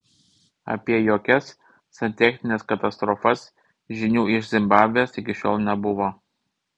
apie jokias santechnines katastrofas žinių iš zimbabvės iki šiol nebuvo